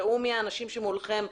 ראו מי האנשים שמולכם,